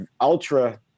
ultra